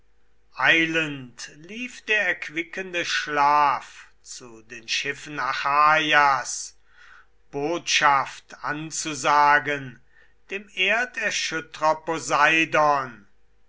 eilend lief der erquickende schlaf zu den schiffen achaias jetzo mit ernst poseidon